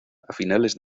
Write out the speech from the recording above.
finales